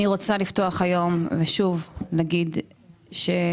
אני רוצה לפתוח היום ושוב לומר שצריך